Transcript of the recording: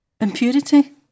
impurity